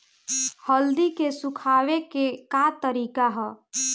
हल्दी के सुखावे के का तरीका ह?